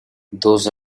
those